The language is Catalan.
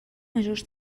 majors